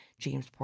Jamesport